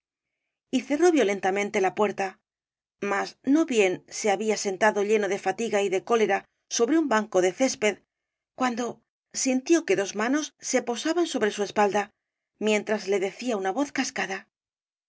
y cerró violentamente la puerta mas no bien se había sentado lleno de fatiga y de cólera sobre un banco de césped cuando sintió que dos manos se posaban sobre su espalda mientras le decía una voz cascada